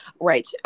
Right